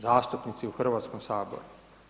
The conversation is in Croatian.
Zastupnici u Hrvatskom saboru.